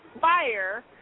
fire